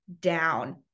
down